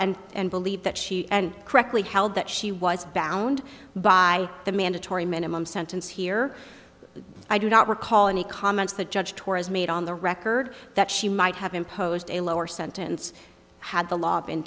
and and believe that she and correctly held that she was bound by the mandatory minimum sentence here i do not recall any comments the judge has made on the record that she might have imposed a lower sentence had the law